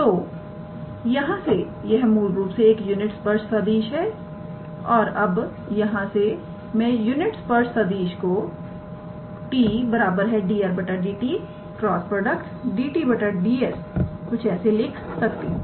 तो यहां से यह मूल रूप से एक यूनिट स्पर्श सदिश है और अब यहां से मैं यूनिट स्पर्श सदिश को 𝑡̂𝑑𝑟⃗ 𝑑𝑡 × 𝑑𝑡𝑑𝑠 कुछ ऐसे लिख सकती हूं